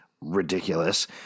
ridiculous